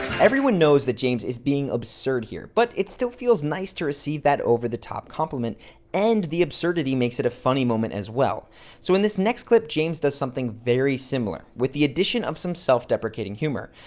everyone knows that james is being absurd here but it still feels nice to receive that over-the-top compliment and the absurdity makes it a funny moment as well so in this next clip, james does something very similar with the addition of some self-deprecating humor.